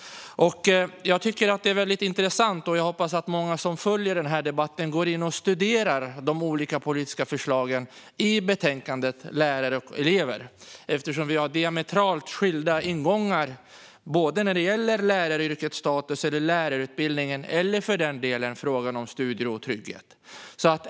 Jag tycker att det är väldigt intressanta förslag och hoppas att många som följer den här debatten går in och studerar de olika politiska förslagen i betänkandet Lärare och elever , eftersom vi har diametralt skilda ingångar när det gäller läraryrkets status, lärarutbildningen eller för den delen frågan om studiero och trygghet.